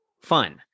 fun